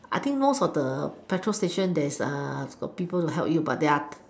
I think most of the petrol station there's uh got people to help you but there are